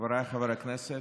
חבריי חברי הכנסת,